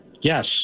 Yes